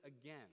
again